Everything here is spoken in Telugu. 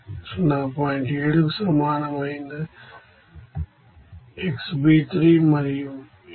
7 కు సమానమైన xB3 మరియు xBC 0